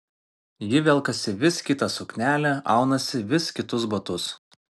ji velkasi vis kitą suknelę aunasi vis kitus batus